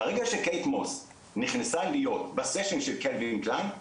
ברגע שקיית מוס נכנסה להיות ב'סשן' של קלווין קליין,